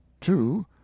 two